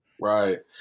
right